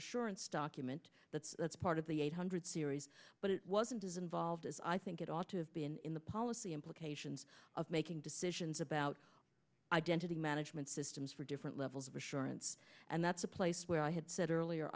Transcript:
assurance document that that's part of the eight hundred series but it wasn't as involved as i think it ought to have been in the policy implications of making decisions about identity management systems for different levels of assurance and it's a place where i had said earlier